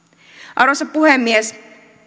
arvoisa puhemies